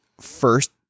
first